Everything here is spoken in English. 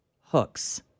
hooks